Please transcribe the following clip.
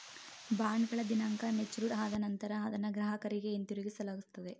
ಬಾಂಡ್ಗಳ ದಿನಾಂಕ ಮೆಚೂರ್ಡ್ ಆದ ನಂತರ ಅದನ್ನ ಗ್ರಾಹಕರಿಗೆ ಹಿಂತಿರುಗಿಸಲಾಗುತ್ತದೆ